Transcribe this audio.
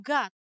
God